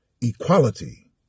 equality